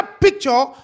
picture